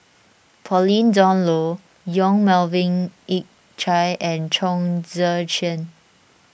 Pauline Dawn Loh Yong Melvin Yik Chye and Chong Tze Chien